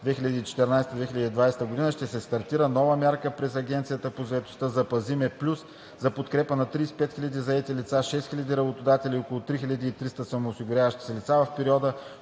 2014 – 2020, ще се стартира нова мярка чрез Агенцията по заетостта – „Запази ме плюс“ за подкрепа на 35 000 заети лица, 6000 работодатели и около 330 самоосигуряващи се лица в периода